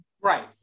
Right